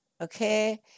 okay